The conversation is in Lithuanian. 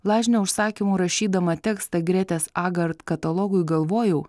lažnio užsakymu rašydama tekstą gretės agart katalogui galvojau